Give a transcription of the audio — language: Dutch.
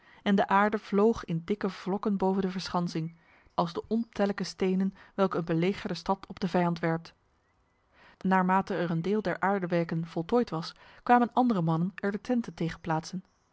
en de aarde vloog in dikke vlokken boven de verschansing als de ontellijke stenen welke een belegerde stad op de vijand werpt naarmate er een deel der aardewerken voltooid was kwamen andere mannen er de tenten